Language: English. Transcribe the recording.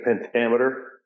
pentameter